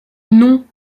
non